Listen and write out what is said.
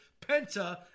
Penta